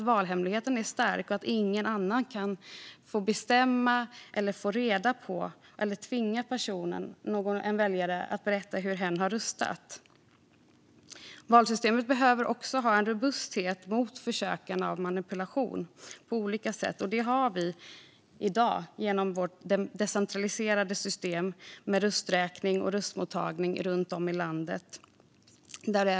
Valhemligheten är stark, och ingen annan får bestämma vad en väljare ska rösta på eller tvinga väljaren att berätta hur hen röstat. Valsystemet behöver också ha robusthet mot försök till manipulation på olika sätt. Det har vi i dag genom vårt decentraliserade system med röstmottagning och rösträkning runt om i landet.